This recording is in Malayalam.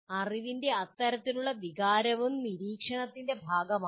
അറിവിന്റെ ഇത്തരത്തിലുള്ള വികാരവും നിരീക്ഷണത്തിന്റെ ഭാഗമാണ്